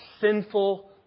sinful